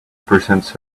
presents